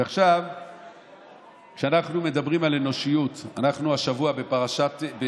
אנחנו מדברים על אנושיות, ואנחנו השבוע בהפטרה,